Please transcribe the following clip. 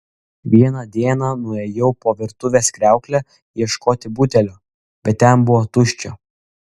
vieną dieną nuėjau po virtuvės kriaukle ieškoti butelio bet ten buvo tuščia